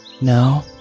No